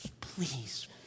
please